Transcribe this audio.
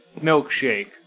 milkshake